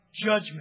judgment